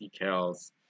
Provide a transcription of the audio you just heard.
decals